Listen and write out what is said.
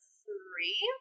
three